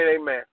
amen